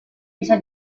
bisa